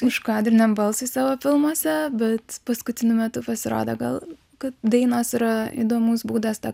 užkadriniam balsui savo filmuose bet paskutiniu metu pasirodė gal kad dainos yra įdomus būdas tą